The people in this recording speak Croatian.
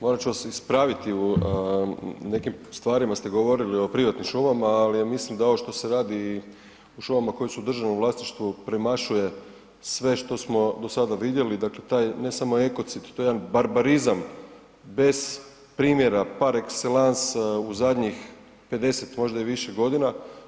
Morat ću vas ispraviti, o nekim stvarima ste govorili o privatnim šumama, ali mislim da ovo što se radi u šumama koje su u državnom vlasništvu premašuje sve što smo do sada vidjeli, dakle taj ne samo ekocid to je jedan barbarizam bez primjera par excellence u zadnjih 50 možda i više godina.